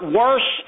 worse